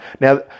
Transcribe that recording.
Now